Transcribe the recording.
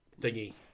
thingy